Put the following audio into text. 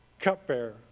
Cupbearer